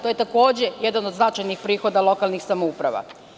To je, takođe, jedan od značajnih prihoda lokalnih samouprava.